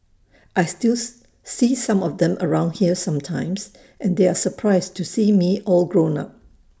I still see some of them around here sometimes and they are surprised to see me all grown up